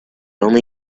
only